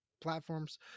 platforms